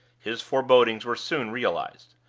his forebodings were soon realized.